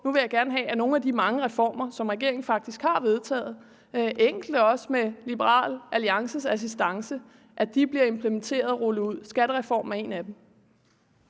Nu vil jeg gerne have, at nogle af de mange reformer, som regeringen faktisk har vedtaget – enkelte af dem også med Liberal Alliances assistance – bliver implementeret og rullet ud. Skattereformen er en af dem.